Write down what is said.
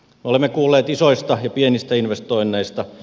olemme kuulleet isoista ja pienistä investoinneista